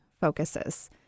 focuses